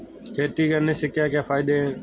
खेती करने से क्या क्या फायदे हैं?